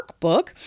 Workbook